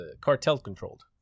cartel-controlled